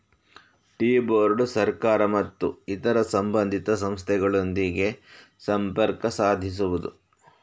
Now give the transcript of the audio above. tea board ಸರ್ಕಾರ ಮತ್ತು ಇತರ ಸಂಬಂಧಿತ ಸಂಸ್ಥೆಗಳೊಂದಿಗೆ ಸಂಪರ್ಕ ಸಾಧಿಸುವುದು